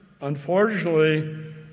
unfortunately